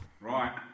Right